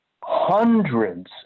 hundreds